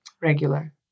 regular